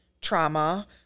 trauma